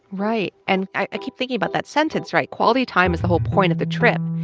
right. and i keep thinking about that sentence. right. quality time is the whole point of the trip.